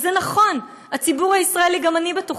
וזה נכון, הציבור הישראלי, וגם אני בתוכם,